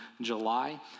july